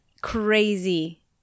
crazy